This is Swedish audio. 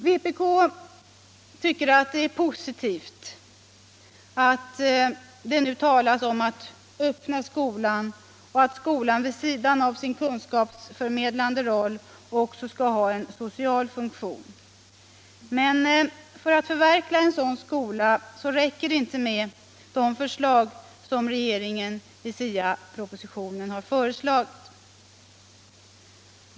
Vpk tycker att det är positivt att det nu talas om att öppna skolan och att skolan vid sidan av sin kunskapsförmedlande roll också skall ha en social funktion. Men för att förverkliga en sådan skola räcker det inte med de förslag som regeringen i SIA-propositionen lagt fram.